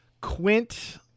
Quint